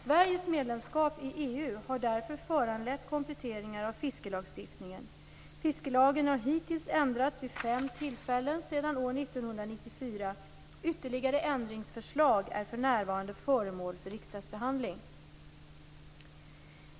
Sveriges medlemskap i EU har därför föranlett kompletteringar av fiskelagstiftningen. Fiskelagen har hittills ändrats vid fem tillfällen sedan år 1994. Ytterligare ändringsförslag är för närvarande föremål för riksdagsbehandling.